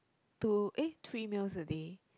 two eh three meals a day